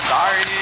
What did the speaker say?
Sorry